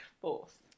Fourth